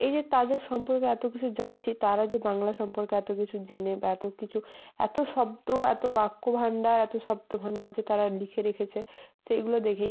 এই যে তাদের সম্পর্কে এত কিছু জানছি তারা যে বাংলা সম্পর্কে এত কিছু জেনে বা এত কিছু এত শব্দ এত বাক্যভাণ্ডার এত শব্দভাণ্ডার যে তারা লিখে রেখেছে সেইগুলো দেখেই